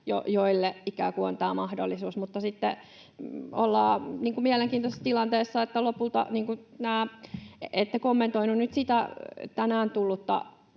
kuin on tämä mahdollisuus. Mutta sitten ollaan mielenkiintoisessa tilanteessa, että lopulta nämä... Ette kommentoinut nyt sitä tänään tullutta